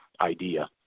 idea